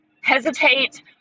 hesitate